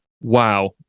Wow